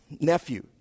nephew